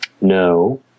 No